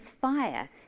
fire